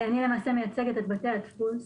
אני למעשה מייצגת את בתי הדפוס.